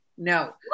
No